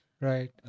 Right